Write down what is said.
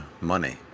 money